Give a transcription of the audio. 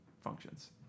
functions